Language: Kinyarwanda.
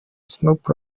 snoop